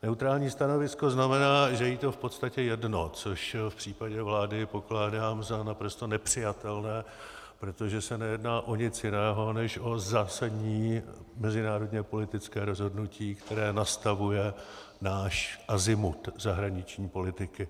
Neutrální stanovisko znamená, že je jí to v podstatě jedno, což v případě vlády pokládám za naprosto nepřijatelné, protože se nejedná o nic jiného než o zásadní mezinárodněpolitické rozhodnutí, které nastavuje náš azimut zahraniční politiky.